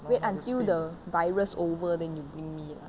wait until the virus over then you bring me